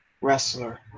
wrestler